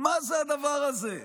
מה זה הדבר הזה?